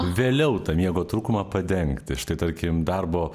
vėliau tą miego trūkumą padengti štai tarkim darbo